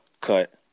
cut